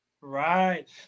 Right